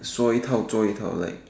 说一套做一套:Shuo Yi Tao Zuo Yi Tao like